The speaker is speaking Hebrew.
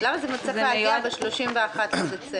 למה זה צריך להגיע ב-31 בדצמבר?